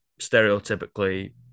stereotypically